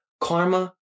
Karma